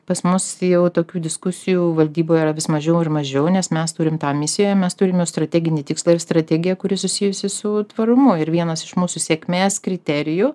pas mus jau tokių diskusijų valdyboje yra vis mažiau ir mažiau nes mes turim tą misiją mes turim jau strateginį tikslą ir strategiją kuri susijusi su tvarumu ir vienas iš mūsų sėkmės kriterijų